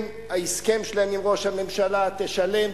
ההסכם שלהם עם ראש הממשלה: תשלם,